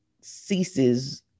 ceases